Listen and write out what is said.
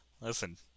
Listen